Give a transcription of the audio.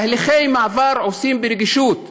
תהליכי מעבר עושים ברגישות,